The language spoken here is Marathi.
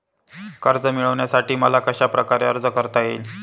कर्ज मिळविण्यासाठी मला कशाप्रकारे अर्ज करता येईल?